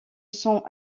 sont